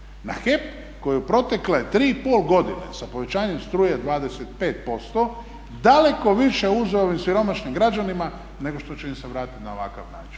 na HEP koji u protekle 3,5 godine sa povećanjem struje 25% dalek više uzeo ovim siromašnim građanima nego što će im se vratiti na ovakav način.